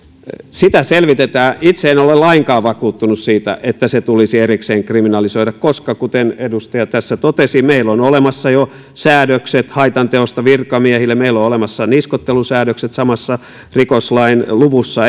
sitä selvitetään itse en ole lainkaan vakuuttunut siitä että se tulisi erikseen kriminalisoida koska kuten edustaja tässä totesi meillä on olemassa jo säädökset haitanteosta virkamiehille meillä on olemassa niskoittelusäädökset samassa rikoslain luvussa